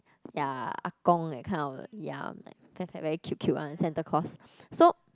ya ah-gong that kind of ya fat fat very cute cute one Santa Claus so